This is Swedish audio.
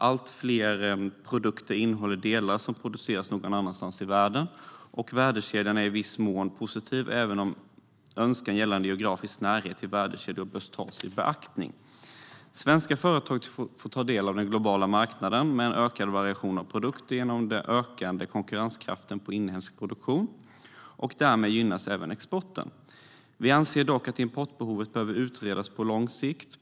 Allt fler produkter innehåller delar som produceras någon annanstans i världen, och värdekedjan är i viss mån positiv även om önskan gällande geografisk närhet till värdekedjor bör tas i beaktning. Svenska företag får ta del av en global marknad med en ökad variation av produkter. Genom detta ökar konkurrenskraften på inhemsk produktion och därmed gynnas även exporten. Vi anser dock att importbehovet behöver utredas på lång sikt.